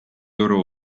loro